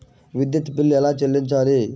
విద్యుత్ బిల్ ఎలా చెల్లించాలి?